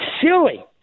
silly